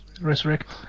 resurrect